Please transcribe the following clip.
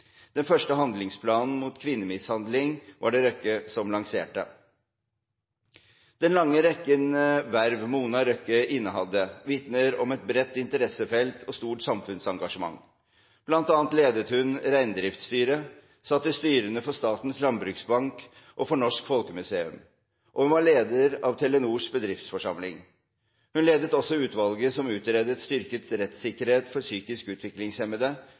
Den første handlingsplanen mot kvinnemishandling var det Røkke som lanserte. Den lange rekken verv Mona Røkke innehadde, vitner om et bredt interessefelt og stort samfunnsengasjement. Blant annet ledet hun Reindriftsstyret, satt i styrene for Statens Landbruksbank og for Norsk Folkemuseum, og hun var leder av Telenors bedriftsforsamling. Hun ledet også utvalget som utredet styrket rettssikkerhet for psykisk utviklingshemmede,